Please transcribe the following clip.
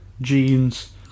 jeans